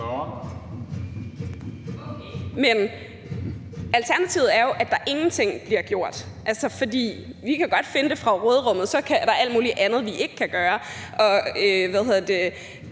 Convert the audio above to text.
alternativet er jo, at der ingenting bliver gjort. Vi kan godt finde det fra råderummet, men så er der alt muligt andet, vi ikke kan gøre.